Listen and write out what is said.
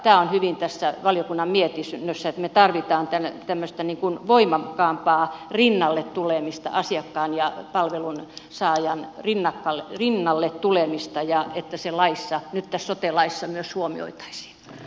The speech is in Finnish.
tämä on hyvin tässä valiokunnan mietinnössä että me tarvitsemme tämmöistä voimakkaampaa rinnalle tulemista asiakkaan ja palvelunsaajan rinnalle tulemista ja että se nyt tässä sote laissa myös huomioitaisiin